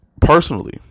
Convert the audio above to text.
personally